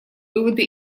выводы